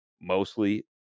mostly